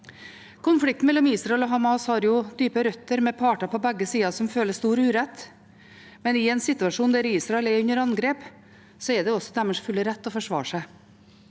Konflikten mellom Israel og Hamas har dype røtter, med parter på begge sider som føler stor urett, men i en situasjon der Israel er under angrep, er det i deres fulle rett å forsvare seg.